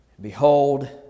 Behold